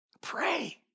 pray